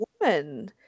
woman